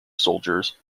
soldiers